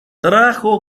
trajo